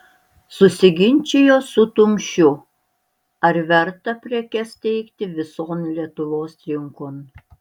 susiginčijo su tumšiu ar verta prekes teikti vison lietuvos rinkon